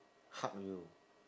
hug you